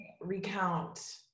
recount